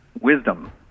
wisdom